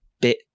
bit